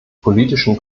politischen